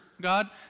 God